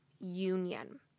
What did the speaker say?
union